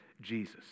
Jesus